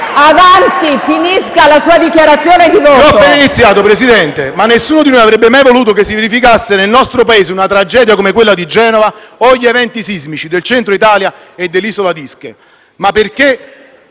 Avanti, finisca la sua dichiarazione di voto,